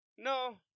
No